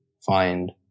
find